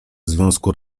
związku